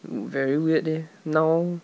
mm very weird leh now